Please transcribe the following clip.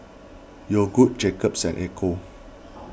Yogood Jacob's and Ecco